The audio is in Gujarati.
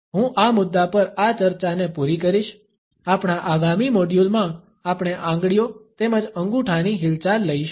હું આ મુદ્દા પર આ ચર્ચાને પુરી કરીશ આપણા આગામી મોડ્યુલમાં આપણે આંગળીઓ તેમજ અંગૂઠાની હિલચાલ લઈશું